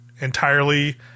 entirely